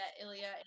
Ilya